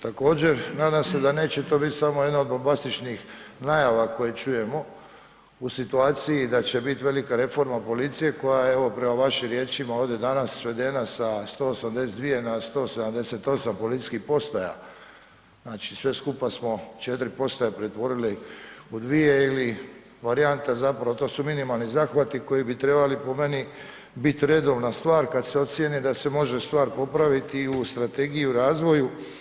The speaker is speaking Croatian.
Također nadam se da neće to biti samo jedno od bombastičnih najava koje čujemo u situaciji da će biti velika reforma policije, koja evo prema vašim riječima ovdje danas svedena sa 182-ije na 178 policijskih postaja, znači sve skupa smo četiri postaje pretvorili u dvije, ili varijanta zapravo, to su minimalni zahvati koji bi trebali po meni bit redovna stvar kad se ocijene da se može stvar popraviti, i u strategiji, i u razvoju.